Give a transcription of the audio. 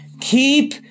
Keep